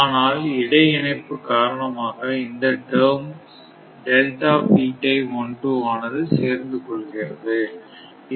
ஆனால் இடை இணைப்பு காரணமாக இந்த டேர்ம் ஆனது சேர்ந்துகொள்கிறது